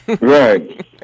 Right